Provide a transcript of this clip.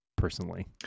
personally